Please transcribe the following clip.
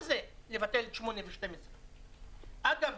אגב,